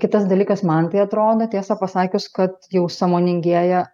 kitas dalykas man tai atrodo tiesą pasakius kad jau sąmoningėja